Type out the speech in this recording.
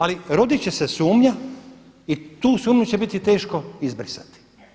Ali roditi će se sumnja i tu sumnju će biti teško izbrisati.